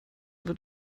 wird